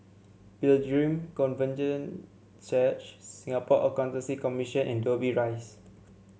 Pilgrim Church Singapore Accountancy Commission and Dobbie Rise